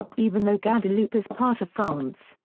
even though guadeloupe is part of france,